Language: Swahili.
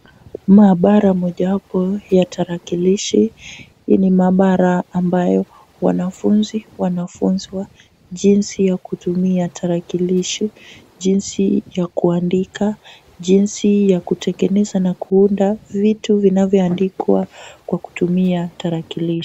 Maabara mojawapo ya tarakilishi. Hii ni maabara ambayo wanafunzi wanafunzwa jinsi ya kutumia tarakilishi, jinsi ya kuandika, jinsi ya kutengeneza na kuunda vitu vinavyoandikwa kwa kutumia tarakilishi.